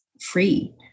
free